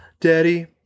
Daddy